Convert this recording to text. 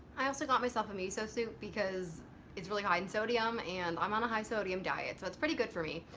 i also got myself a miso so soup because it's really high in sodium and i'm on a high sodium diet, so it's pretty good for me.